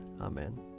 Amen